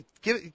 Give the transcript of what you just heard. give